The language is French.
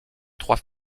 trois